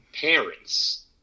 parents